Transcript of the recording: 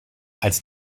als